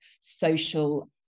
social